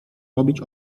robić